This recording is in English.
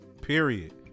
Period